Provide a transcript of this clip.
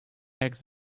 eggs